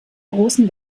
großen